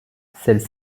celles